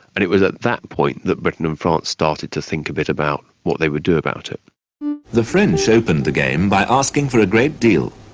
and it was at that point that britain and france started to think a bit about what they would do about the french opened the game by asking for a great deal,